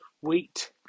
wheat